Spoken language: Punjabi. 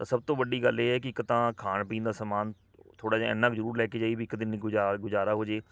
ਤਾਂ ਸਭ ਤੋਂ ਵੱਡੀ ਗੱਲ ਇਹ ਹੈ ਕਿ ਇੱਕ ਤਾਂ ਖਾਣ ਪੀਣ ਦਾ ਸਮਾਨ ਥੋੜ੍ਹਾ ਜਿਹਾ ਇੰਨਾ ਕੁ ਜ਼ਰੂਰ ਲੈ ਕੇ ਜਾਈਏ ਵੀ ਇੱਕ ਦਿਨ ਹੀ ਗੁਜਾ ਗੁਜਾਰ ਹੋ ਜਾਵੇ